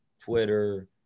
Twitter